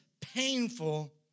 painful